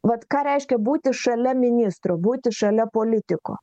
vat ką reiškia būti šalia ministro būti šalia politiko